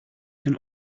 can